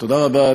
תודה רבה.